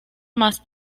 más